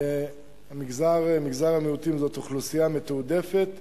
מגזר המיעוטים זה אוכלוסייה מתועדפת,